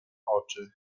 oczy